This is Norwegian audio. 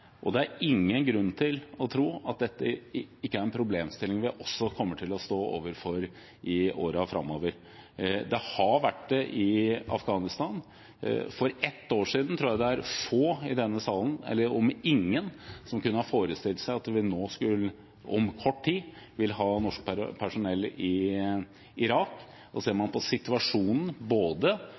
Det er ingen grunn til å tro at dette ikke er en problemstilling vi også kommer til å stå overfor i årene framover. Det har vært det i Afghanistan. For ett år siden tror jeg det var få, om ingen, i denne sal som kunne ha forestilt seg at vi om kort tid vil ha norsk personell i Irak. Ser man på situasjonen